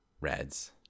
Reds